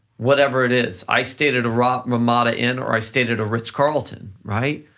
whatever it is, i stayed at rock ramada inn or i stayed at a ritz carlton, right?